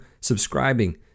subscribing